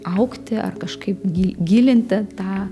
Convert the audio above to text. augti ar kažkaip gi gilinti tą